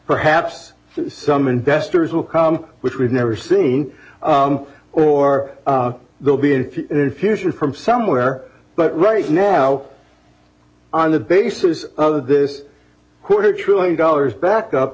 perhaps some investors will come which we've never seen or they'll be an infusion from somewhere but right now on the basis of this quarter trillion dollars back up